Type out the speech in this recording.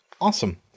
Awesome